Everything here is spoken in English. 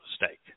mistake